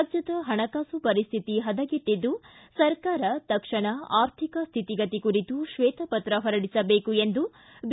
ರಾಜ್ಯದ ಪಣಕಾಸು ಪರಿಶ್ಠಿತಿ ಪದಗೆಟ್ಟಿದ್ದು ಸರ್ಕಾರ ತಕ್ಷಣ ಆರ್ಧಿಕ ಸ್ಥಿತಿಗತಿ ಕುರಿತು ಶ್ವೇತಪತ್ರ ಹೊರಡಿಸಬೇಕು ಎಂದು ಬಿ